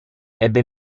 ebbe